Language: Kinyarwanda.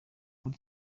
muri